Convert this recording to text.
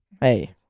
hey